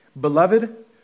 Beloved